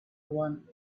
one